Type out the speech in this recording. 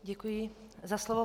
Děkuji za slovo.